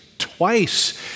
twice